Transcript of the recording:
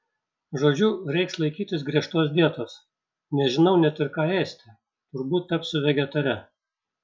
žodžiu reiks laikytis griežtos dietos nežinau net ir ką ėsti turbūt tapsiu vegetare